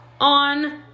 on